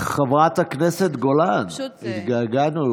חברת הכנסת גולן, התגעגענו.